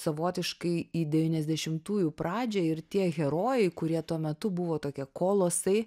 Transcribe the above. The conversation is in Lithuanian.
savotiškai į devyniasdešimtųjų pradžią ir tie herojai kurie tuo metu buvo tokie kolosai